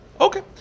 Okay